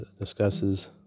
discusses